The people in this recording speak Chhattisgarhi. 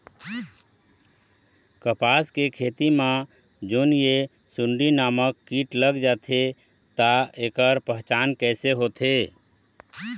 कपास के खेती मा जोन ये सुंडी नामक कीट लग जाथे ता ऐकर पहचान कैसे होथे?